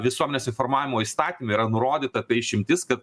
visuomenės informavimo įstatyme yra nurodyta išimtis kad